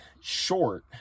short